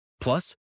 Plus